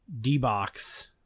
D-Box